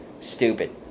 Stupid